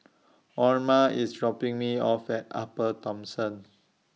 Orma IS dropping Me off At Upper Thomson